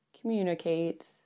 communicate